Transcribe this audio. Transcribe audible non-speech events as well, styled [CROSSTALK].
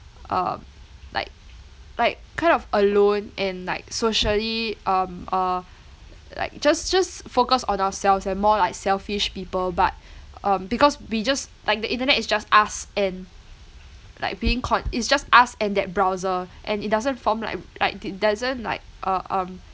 uh like like kind of alone and like socially um uh like just just focus on ourselves and more like selfish people but [BREATH] um because we just like the internet is just us and like being caught~ it's just us and that browser and it doesn't form like like it doesn't like uh um